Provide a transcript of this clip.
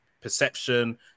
perception